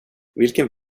vilken